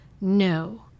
no